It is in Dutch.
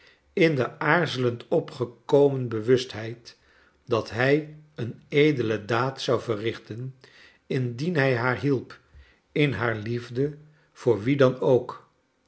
in de aarzelend opgekomen bewustheid dat hij een edele daad zou verrichten indien hij haar hielp in haar liefde voor wien dan ook